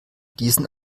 diesen